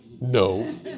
No